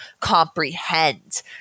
comprehend